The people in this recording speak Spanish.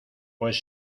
pues